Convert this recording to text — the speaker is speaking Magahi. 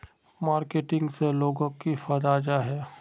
मार्केटिंग से लोगोक की फायदा जाहा?